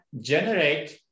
generate